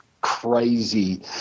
crazy